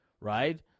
right